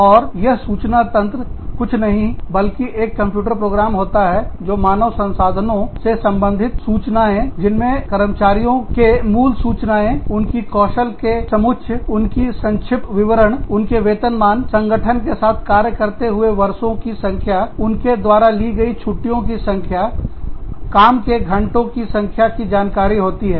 और ये सूचना तंत्र कुछ नहीं है बल्कि यह एक कंप्यूटर प्रोग्राम होता है जो मानव संसाधनों से संबंधित सूचनाएं जिसमें कर्मचारियों के मूल सूचनाएं उनकी कौशल के समुच्चय उनकी संक्षिप्त विवरण उनके वेतन मान संगठन के साथ कार्य करते हुए वर्षों की संख्या उनके द्वारा ली गई छुट्टियों की संख्या काम के घंटों की संख्या की जानकारी होती है